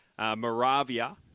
Moravia